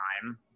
time